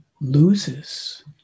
loses